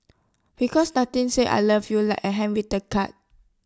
because nothing says I love you like A handwritten card